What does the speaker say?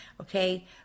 Okay